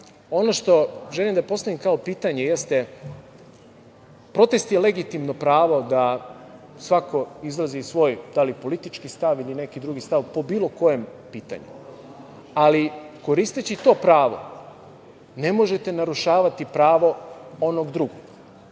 ono što želim da postavim kao pitanje jeste – protest je legitimno pravo da svako izrazi svoj da li politički stav ili neki drugi stav po bilo kojem pitanju, ali koristeći to pravo ne možete narušavati pravo onog drugog,